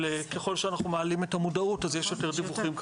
ככל שאנחנו מעלים את המודעות אז יש יותר דיווחים כמובן,